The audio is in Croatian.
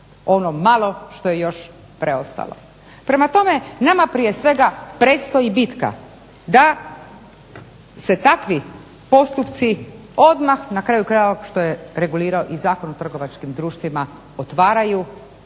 ono malo što je još preostalo. Prema tome, nama prije svega predstoji bitka da se takvi postupci odmah na kraju krajeva što jer regulirao i Zakon o trgovačkim društvima otvaraju